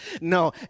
No